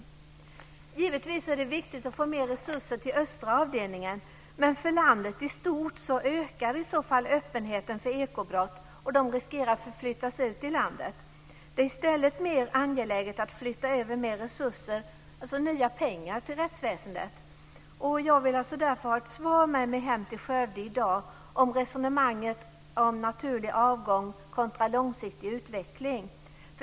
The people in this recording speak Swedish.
Givetvis är det viktigt att få mer resurser till östra avdelningen, men för landet i stort ökar i så fall öppenheten för ekobrott och de riskerar att förflyttas ut i landet. Det är i stället mer angeläget att flytta över mer resurser, alltså nya pengar, till rättsväsendet. Jag vill därför ha ett svar med mig hem till Skövde i dag om resonemanget om naturlig avgång kontra långsiktig utveckling.